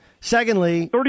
Secondly